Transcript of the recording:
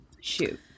Shoot